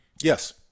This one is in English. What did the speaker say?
Yes